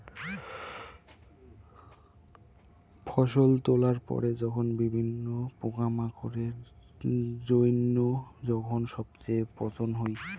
ফসল তোলার পরে যখন বিভিন্ন পোকামাকড়ের জইন্য যখন সবচেয়ে পচন হই